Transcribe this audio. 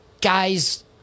guys